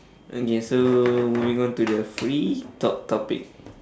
okay so moving on to the free talk topic